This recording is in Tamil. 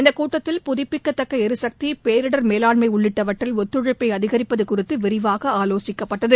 இந்தக் கூட்டத்தில் புதுப்பிக்கத்தக்க எரிகக்தி பேரிடர் மேலாண்மை உள்ளிட்டவற்றில் ஒத்துழைப்பை அதிகரிப்பது குறித்து விரிவாக ஆலோசிக்கப்பட்டது